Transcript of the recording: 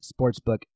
sportsbook